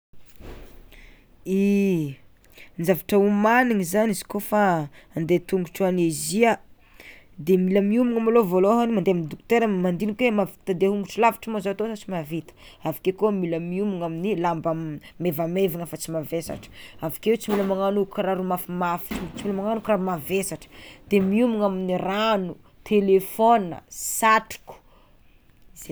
I ny zavatra homanigny zany izy kôfa ande tongotro any Azia de mila miomagna malôha voalohany mande amy dokotera mandiniky hoe mahavita dia ongotro lavitra ma zah tô sa tsy mavita, avakeo koa mila miomagna amin'ny lamba mevamevana fa tsy mavesatra avekeo tsy mila magnano kiraro mafimafy tsy hoe magnagno kiraro mavesatra de miomagna amin'ny a ragno, telefôna, satroko.